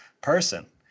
person